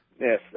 Yes